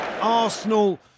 Arsenal